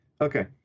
Okay